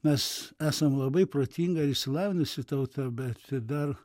mes esam labai protinga ir išsilavinusi tauta bet dar